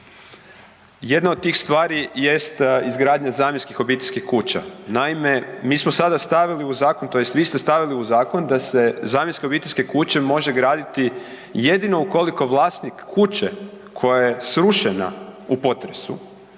Jedna od tih stvari jest izgradnja zamjenskih obiteljskih kuća. Naime, mi smo sada stavili u zakon, tj. vi ste stavili u zakon da se zamjenske obiteljske kuće može graditi jedino ukoliko vlasnik kuće koja je srušena u potresu